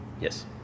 Yes